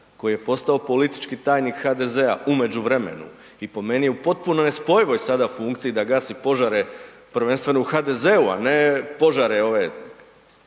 koji je postao politički tajnik HDZ-a u međuvremenu i po meni u potpuno nespojivo sada funkciji da gasi požare prvenstveno u HDZ-u, a ne požare prave,